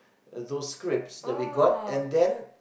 those scripts that we got and then